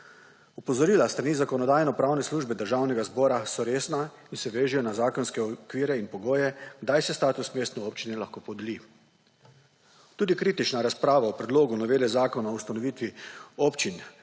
Opozorila s strani Zakonodajno-pravne službe Državnega zbora so resne in se vežejo na zakonske okvire in pogoje kdaj se status mestne občine lahko podeli. Tudi kritična razprava o predlogu novele zakona o ustanovitvi občin